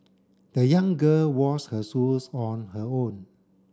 the young girl washed her shoes on her own